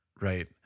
Right